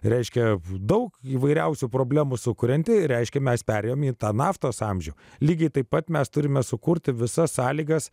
reiškia daug įvairiausių problemų sukurianti reiškia mes perėjom į tą naftos amžių lygiai taip pat mes turime sukurti visas sąlygas